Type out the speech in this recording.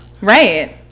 right